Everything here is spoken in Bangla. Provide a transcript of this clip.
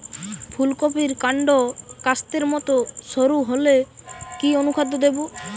ফুলকপির কান্ড কাস্তের মত সরু হলে কি অনুখাদ্য দেবো?